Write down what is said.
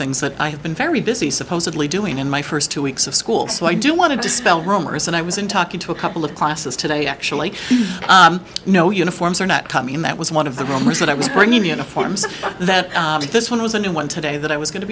things that i have been very busy supposedly doing in my first two weeks of school so i do want to dispel rumors and i was in talking to a couple of classes today actually no uniforms are not coming in that was one of the rumors that i was bringing uniforms that this one was a new one today that i was going to